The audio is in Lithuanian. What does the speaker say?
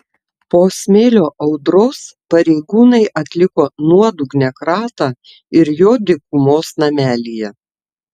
po smėlio audros pareigūnai atliko nuodugnią kratą ir jo dykumos namelyje